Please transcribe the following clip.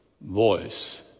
voice